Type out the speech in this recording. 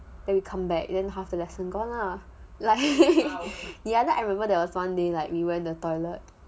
then we come back then half the lesson gone lah like I remember there was one day like we went to the toilet